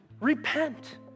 repent